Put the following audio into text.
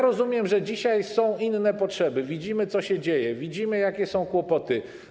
Rozumiem, że dzisiaj są inne potrzeby, widzimy, co się dzieje, widzimy jakie są kłopoty.